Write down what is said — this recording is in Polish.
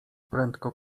prędko